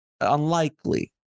unlikely